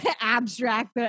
abstract